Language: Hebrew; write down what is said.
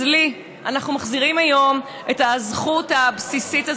אז לי, אנחנו מחזירים היום את הזכות הבסיסית הזאת,